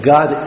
God